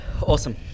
awesome